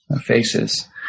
faces